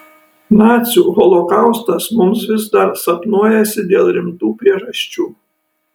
nacių holokaustas mums vis dar sapnuojasi dėl rimtų priežasčių